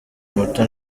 muto